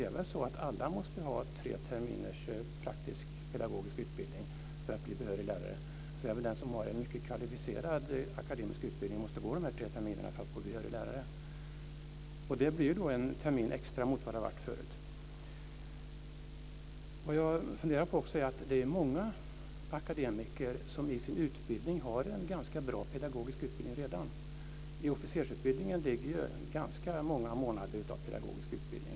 Det är väl så att alla måste ha tre terminers praktisk pedagogisk utbildning för att bli behöriga lärare? Även den som har en mycket kvalificerad akademisk utbildning måste väl gå dessa tre terminer för att bli behörig lärare? Det blir en termin extra jämfört med hur det har varit förut. Jag funderar också på att det är många akademiker som i sin utbildning redan har en ganska bra pedagogisk utbildning. I officersutbildningen ligger ganska många månader av pedagogisk utbildning.